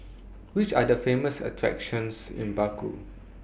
Which Are The Famous attractions in Baku